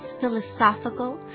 philosophical